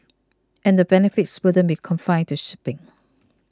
and the benefits wouldn't be confined to shipping